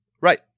right